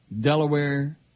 Delaware